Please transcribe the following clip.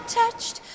touched